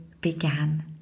began